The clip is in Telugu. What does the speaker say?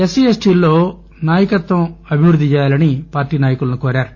ఎస్సి ఎస్టీ ల్లో నాయకత్వం అభివృద్ధి చేయాలని పార్టీ నాయకులను కోరారు